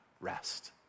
rest